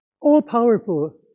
All-powerful